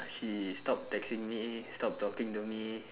she stopped texting me stopped talking to me